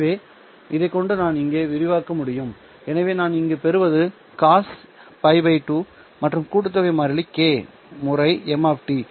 எனவே இதைக் கொண்டு நான் இங்கே விரிவாக்க முடியும் எனவே நான் இங்கு பெறுவது காஸ் π 2 மற்றும் கூட்டுத்தொகை மாறிலி kʹ முறை m